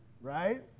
right